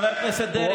שטרית,